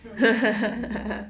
hmm hmm hmm